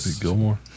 Gilmore